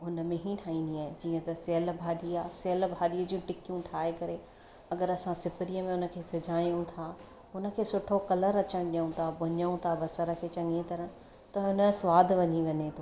हुन में ई ठाहींदी आहियां जीअं त सियल भाॼी आहे सियल भाॼीअ जो टिकियूं ठाहे करे अगरि असां सिपरीअ में उन खे सिझायूं था उन खे सुठो कलर अचणु ॾियूं था भुञियूं त बसर खे चङी तरह त हुन जो सवादु वधी वञे